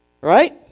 right